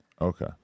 Okay